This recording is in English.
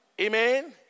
Amen